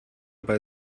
bei